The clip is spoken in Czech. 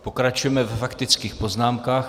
Pokračujeme ve faktických poznámkách.